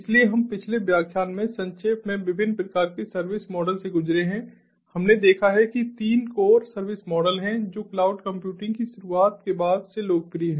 इसलिए हम पिछले व्याख्यान में संक्षेप में विभिन्न प्रकार के सर्विस मॉडल से गुजरे हैं हमने देखा है कि 3 कोर सर्विस मॉडल हैं जो क्लाउड कंप्यूटिंग की शुरुआत के बाद से लोकप्रिय हैं